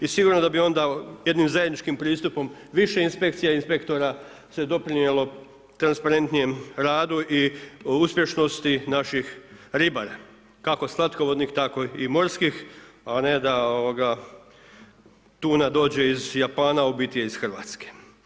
I sigurno da bi onda jednim zajedničkim pristupom, više inspekcija i inspektora se doprinijelo transparentnijim radu i uspješnosti naših ribara, kako slatkovodnih, tako i morskih, a ne da tuna dođe iz Japana, a u biti je iz Hrvatske.